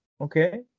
Okay